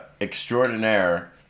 extraordinaire